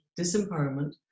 disempowerment